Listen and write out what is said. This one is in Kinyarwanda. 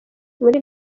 muri